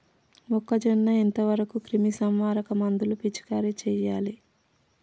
మొక్కజొన్న ఎంత వరకు క్రిమిసంహారక మందులు పిచికారీ చేయాలి?